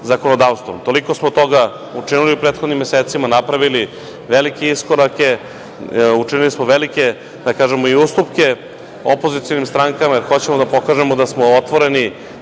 zakonodavstvom. Toliko smo toga učinili u prethodnim mesecima, napravili velike iskorake, učinili smo i velike ustupke, opozicionim strankama jer hoćemo da pokažemo da smo otvoreni